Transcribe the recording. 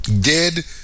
dead